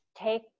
take